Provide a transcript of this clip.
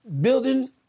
Building